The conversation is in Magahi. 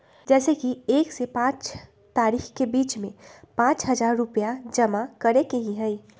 जैसे कि एक से पाँच तारीक के बीज में पाँच हजार रुपया जमा करेके ही हैई?